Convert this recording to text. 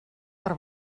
per